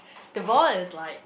the ball is like